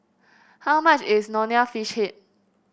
how much is Nonya Fish Head